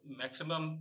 maximum